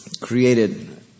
created